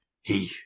He